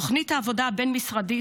תוכנית העבודה הבין-משרדית,